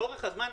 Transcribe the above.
לאורך הזמן,